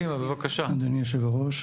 אדוני היושב ראש,